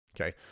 okay